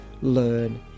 learn